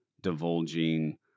divulging